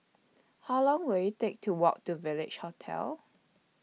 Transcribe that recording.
How Long Will IT Take to Walk to Village Hotel